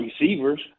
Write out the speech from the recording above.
receivers